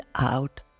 out